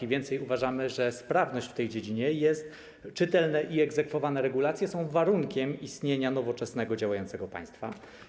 Co więcej, uważamy, że sprawność w tej dziedzinie, czytelne i egzekwowane regulacje są warunkiem istnienia nowoczesnego, działającego państwa.